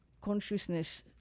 consciousness